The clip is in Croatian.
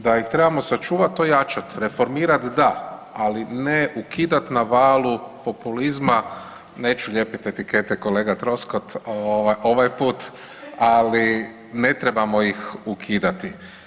Da ih trebamo sačuvati, ojačat, reformirat da ali ne ukidat na valu populizma neću lijepit etikete kolega Troskot ovaj put, ali ne trebamo ih ukidati.